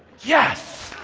yes.